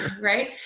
Right